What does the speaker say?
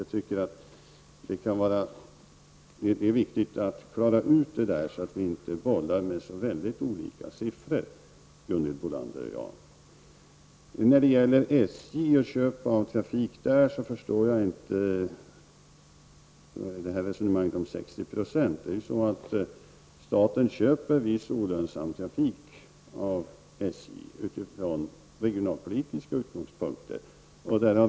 Jag tycker att det är viktigt att klara ut detta, så att vi inte bollar med så väldigt olika siffror, Gunhild Bolander och jag. När det gäller SJ och köp av trafik så förstår jag inte resonemanget om 60 Fo. Staten köper viss olönsam trafik av SJ från regionalpolitiska utgångspunkter.